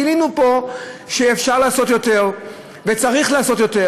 גילינו פה שאפשר לעשות יותר, וצריך לעשות יותר.